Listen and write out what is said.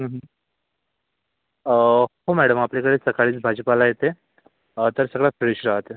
ऑ हो मॅडम आपल्याकडे सकाळीच भाजीपाला येते अ तर सगळं फ्रेश राहते